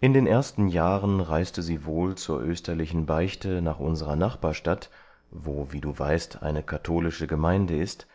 in den ersten jahren reiste sie wohl zur österlichen beichte nach unserer nachbarstadt wo wie du weißt eine katholische gemeinde ist